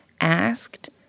asked